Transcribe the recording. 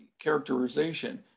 characterization